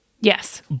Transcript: Yes